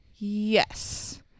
Yes